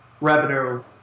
revenue